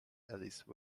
alice